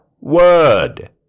word